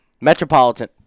Metropolitan